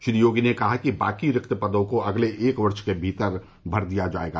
श्री योगी ने कहा कि बाकी रिक्त पदों को अगले एक वर्ष के भीतर भर दिया जाएगा